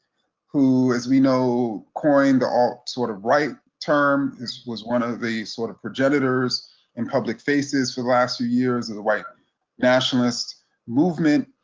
who as we know coined the alt sort of right term, was one of the sort of progenitors and public faces for the last few years of the white nationalist movement,